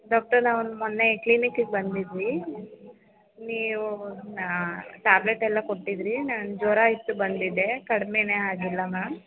doctor ನಾವೊಂದು ಮೊನ್ನೆ ಕ್ಲಿನಿಕ್ಕಿಗೆ ಬಂದಿದ್ವಿ ನೀವು ನಾ ಟ್ಯಾಬ್ಲೆಟ್ಟೆಲ್ಲ ಕೊಟ್ಟಿದ್ದಿರಿ ನಾನು ಜ್ವರ ಇತ್ತು ಬಂದಿದ್ದೆ ಕಡಿಮೆನೇ ಆಗಿಲ್ಲ ಮ್ಯಾಮ್